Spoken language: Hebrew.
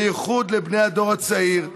בייחוד לבני הדור הצעיר,